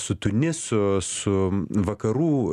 su tunisu su vakarų